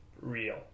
real